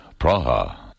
Praha